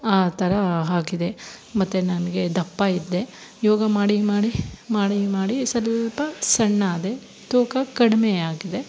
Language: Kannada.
ಆ ಥರ ಆಗಿದೆ ಮತ್ತು ನನಗೆ ದಪ್ಪ ಇದ್ದೆ ಯೋಗ ಮಾಡಿ ಮಾಡಿ ಮಾಡಿ ಮಾಡಿ ಸಲ್ಪ ಸಣ್ಣ ಆದೆ ತೂಕ ಕಡಿಮೆ ಆಗಿದೆ